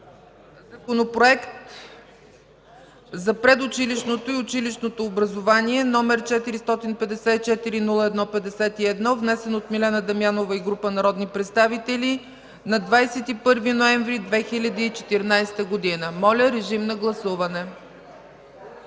Законопроект за предучилищното и училищното образование, № 454-01-51, внесен от Милена Дамянова и група народни представители на 21 ноември 2014 г. Моля, режим на гласуване.